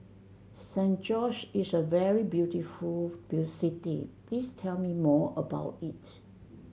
San Jose is a very beautiful city please tell me more about it